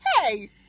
hey